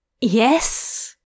Yes